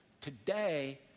today